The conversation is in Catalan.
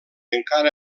encara